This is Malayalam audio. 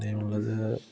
പിന്നെയുള്ളത്